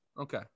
Okay